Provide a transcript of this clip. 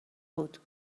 بود